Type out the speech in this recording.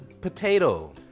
Potato